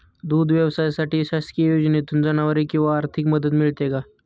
दूध व्यवसायासाठी शासकीय योजनेतून जनावरे किंवा आर्थिक मदत मिळते का?